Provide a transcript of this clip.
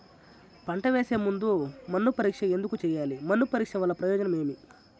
పంట వేసే ముందు మన్ను పరీక్ష ఎందుకు చేయాలి? మన్ను పరీక్ష వల్ల ప్రయోజనం ఏమి?